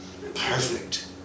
Perfect